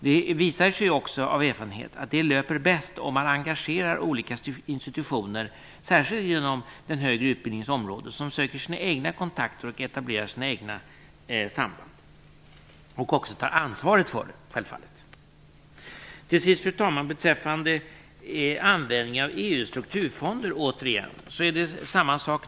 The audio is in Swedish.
Det visar sig också av erfarenheterna att det löper bäst om man engagerar olika institutioner, särskilt på den högre utbildningens område, som söker egna kontakter och etablerar egna samband, och självfallet även tar ansvaret för dem. Fru talman! Det är samma sak beträffande användningen av EU:s strukturfonder.